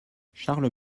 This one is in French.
charles